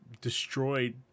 destroyed